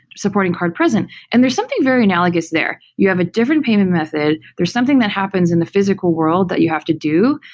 supporting card-present. and there's something very analogous there. you have a different payment method, there's something that happens in the physical world that you have to do,